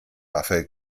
waffe